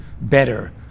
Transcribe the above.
better